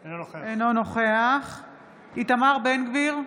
אינו נוכח איתמר בן גביר,